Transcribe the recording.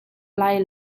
lai